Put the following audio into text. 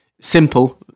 Simple